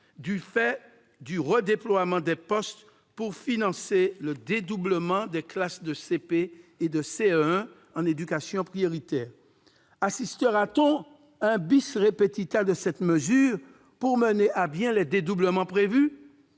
du fait du redéploiement des postes pour financer le dédoublement des classes de CP et de CE1 en éducation prioritaire. Assistera-t-on à un de cette mesure pour mener à bien les dédoublements prévus ?